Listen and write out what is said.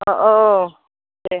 अह औ दे